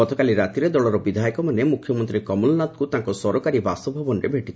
ଗତକାଲି ରାତିରେ ଦଳର ବିଧାୟକମାନେ ମୁଖ୍ୟମନ୍ତ୍ରୀ କମଲ୍ନାଥଙ୍କୁ ତାଙ୍କ ସରକାରୀ ବାସଭବନରେ ଭେଟିଥିଲେ